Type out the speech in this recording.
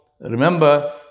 remember